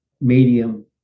medium